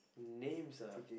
names ah